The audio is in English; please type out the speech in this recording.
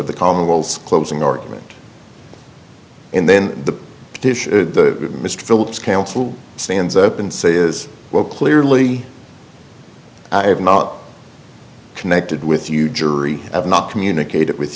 the commonwealth's closing argument and then the dishes to mr phillips counsel stands up and say is well clearly i have not connected with you jury have not communicated with